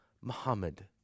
Muhammad